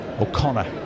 O'Connor